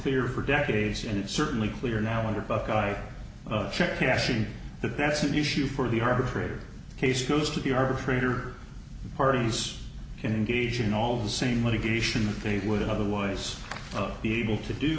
clear for decades and it's certainly clear now under buckeye check cashing the bets an issue for the arbitrator the case goes to the arbitrator parties can engage in all the same litigation that they would otherwise be able to do